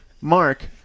Mark